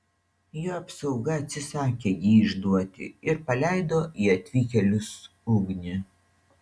jo apsauga atsisakė jį išduoti ir paleido į atvykėlius ugnį